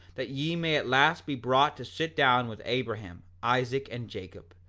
that ye may at last be brought to sit down with abraham, isaac, and jacob,